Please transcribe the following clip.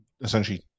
essentially